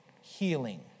healing